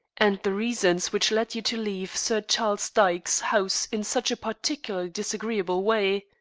and the reasons which led you to leave sir charles dyke's house in such a particularly disagreeable way.